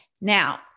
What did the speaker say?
Now